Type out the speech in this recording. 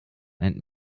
and